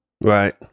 Right